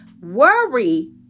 worry